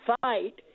fight